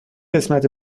قسمت